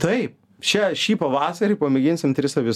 taip šią šį pavasarį pamėginsim tris avis